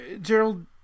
Gerald